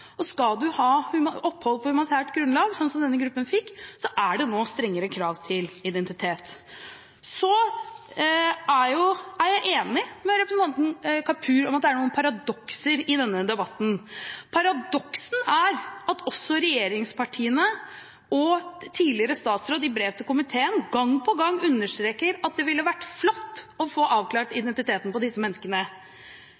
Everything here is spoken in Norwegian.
og skal du ha opphold på humanitært grunnlag, sånn som denne gruppen fikk, så er det nå strengere krav til identitet. Jeg er enig med representanten Kapur i at det er noen paradokser i denne debatten. Paradokset er at også regjeringspartiene, og tidligere statsråd i brev til komiteen, gang på gang har understreket at det ville vært flott å få avklart